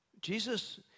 Jesus